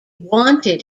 wanted